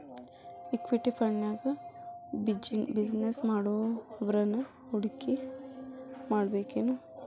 Equity ಫಂಡ್ನ್ಯಾಗ business ಮಾಡೊವ್ರನ ಹೂಡಿಮಾಡ್ಬೇಕೆನು?